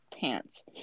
pants